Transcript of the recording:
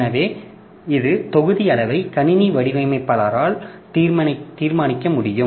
எனவே இது தொகுதி அளவை கணினி வடிவமைப்பாளரால் தீர்மானிக்க முடியும்